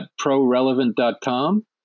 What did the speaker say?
ProRelevant.com